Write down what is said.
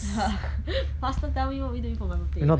faster tell me what we doing for my birthday